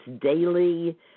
Daily